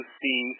see